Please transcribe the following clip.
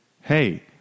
hey